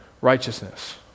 righteousness